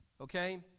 okay